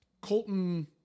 Colton